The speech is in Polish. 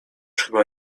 chyba